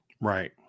Right